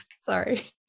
Sorry